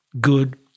good